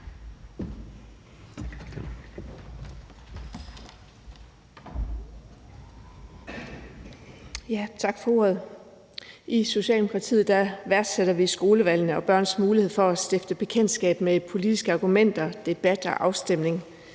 Tak for ordet. I Socialdemokratiet værdsætter vi skolevalgene og børns mulighed for at stifte bekendtskab med politiske argumenter, debat og afstemning,